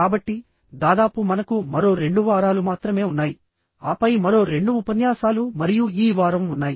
కాబట్టి దాదాపు మనకు మరో రెండు వారాలు మాత్రమే ఉన్నాయి ఆపై మరో రెండు ఉపన్యాసాలు మరియు ఈ వారం ఉన్నాయి